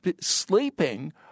sleeping